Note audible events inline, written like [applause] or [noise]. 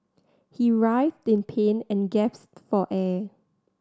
he writhed in pain and [unintelligible] for air